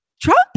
Trump